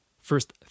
first